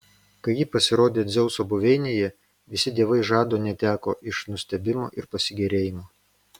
kai ji pasirodė dzeuso buveinėje visi dievai žado neteko iš nustebimo ir pasigėrėjimo